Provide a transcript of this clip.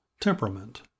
Temperament